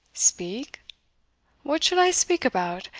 speak what should i speak about?